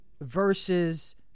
Versus